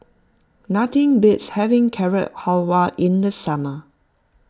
nothing beats having Carrot Halwa in the summer